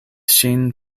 ŝin